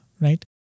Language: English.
right